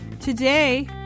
Today